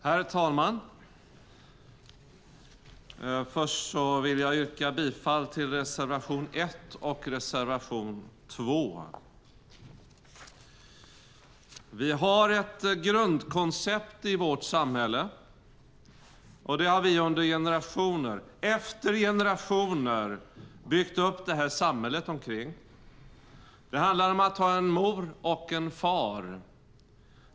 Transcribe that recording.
Herr talman! Jag yrkar bifall till reservationerna 1 och 2. Vi har ett grundkoncept i vårt samhälle. Det har vi i generation efter generation byggt upp det här samhället kring. Det handlar om att ha en mor och en far.